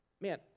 man